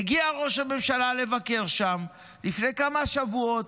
מגיע ראש הממשלה לבקר שם, לפני כמה שבועות,